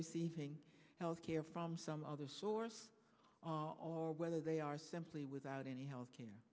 receiving health care from some other source or whether they are simply without any health care